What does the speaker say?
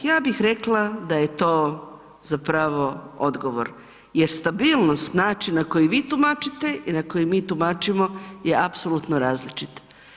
Ja bih rekla da je to zapravo odgovor jer stabilnost načina koji vi tumačite i na koji mi tumačimo je apsolutno različit.